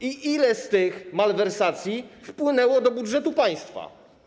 Ile z tych malwersacji wpłynęło do budżetu państwa?